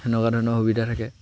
সেনেকুৱা ধৰণৰ সুবিধা থাকে